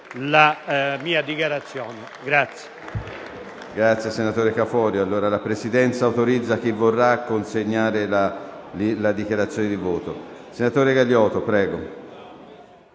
della mia dichiarazione